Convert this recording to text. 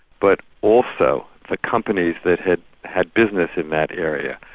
but also the companies that had had business in that area,